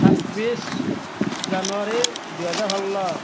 ছাব্বিছ জানুৱাৰী দুহেজাৰ ষোল্ল